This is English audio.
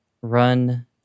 Run